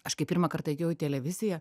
aš kai pirmą kartą atėjau į televiziją